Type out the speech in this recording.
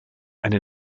eine